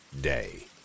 Day